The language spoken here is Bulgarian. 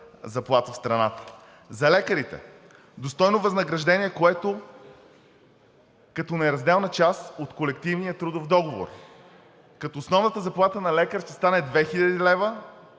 заплата в страната. За лекарите: достойно възнаграждение, което, като неразделна част от колективния трудов договор, като основната заплата на лекар ще стане 2000 лв.,